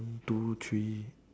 one two three